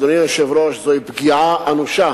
אדוני היושב-ראש, זוהי פגיעה אנושה